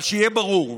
אבל שיהיה ברור: